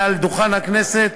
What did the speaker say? מעל דוכן הכנסת,